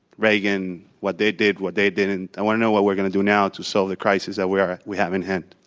reagan, what they did, what they did. and i want to know what we're going to do now to solve the crisis that we are we have at and hand.